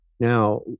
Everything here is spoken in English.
Now